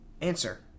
answer